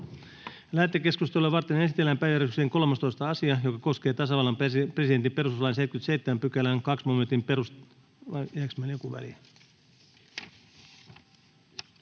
Lähetekeskustelua varten esitellään päiväjärjestyksen 14. asia, joka koskee tasavallan presidentin perustuslain 77 §:n 2